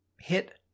hit